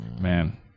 man